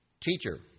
Teacher